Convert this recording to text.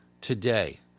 today